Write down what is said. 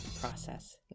process